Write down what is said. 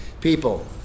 people